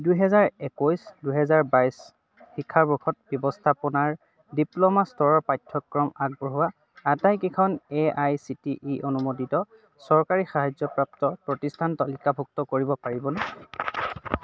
দুহেজাৰ একৈছ দুহেজাৰ বাইছ শিক্ষাবৰ্ষত ব্যৱস্থাপনাৰ ডিপ্ল'মা স্তৰৰ পাঠ্যক্ৰম আগবঢ়োৱা আটাইকেইখন A I C T E অনুমোদিত চৰকাৰী সাহায্যপ্ৰাপ্ত প্ৰতিষ্ঠান তালিকাভুক্ত কৰিব পাৰিবনে